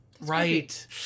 Right